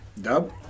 Dub